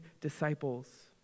disciples